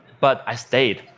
but i stayed.